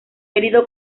herido